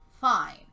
fine